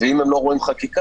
ואם הם לא רואים חקיקה,